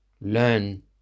learn